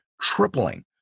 tripling